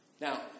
Now